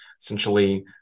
essentially